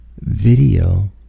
Video